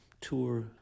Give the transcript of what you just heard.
tour